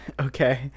okay